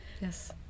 yes